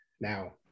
Now